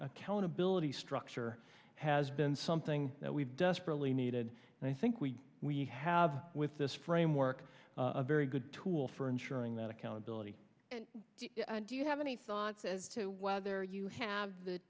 accountability structure has been something that we desperately needed and i think we we have with this framework a very good tool for ensuring that accountability do you have any thoughts as to whether you have the